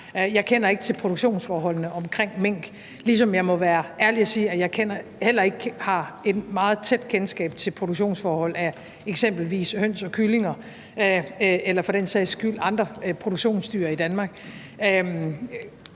Jeg kender ikke til produktionsforholdene omkring mink, ligesom jeg må være ærlig at sige, at jeg heller ikke har noget tæt kendskab til produktionsforhold for eksempelvis høns og kyllinger eller for den sags skyld andre produktionsdyr i Danmark.